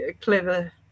clever